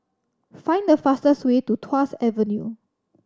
find the fastest way to Tuas Avenue